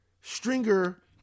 Stringer